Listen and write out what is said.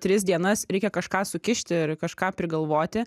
tris dienas reikia kažką sukišti ir kažką prigalvoti